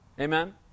Amen